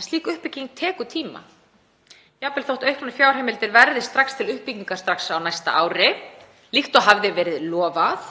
að slík uppbygging tekur tíma, jafnvel þótt auknar fjárheimildir verði nýttar til uppbyggingar strax á næsta ári, líkt og hafði verið lofað.